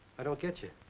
i don't get you.